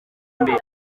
mbere